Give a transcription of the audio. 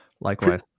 Likewise